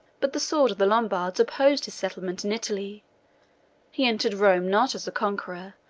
but the sword of the lombards opposed his settlement in italy he entered rome not as a conqueror,